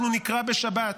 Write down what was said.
אנחנו נקרא בשבת